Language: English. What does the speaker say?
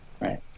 Right